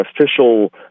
official